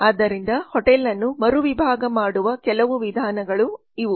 ಆದ್ದರಿಂದ ಹೋಟೆಲ್ ಅನ್ನು ಮರು ವಿಭಾಗ ಮಾಡುವ ಕೆಲವು ವಿಧಾನಗಳು ಇವು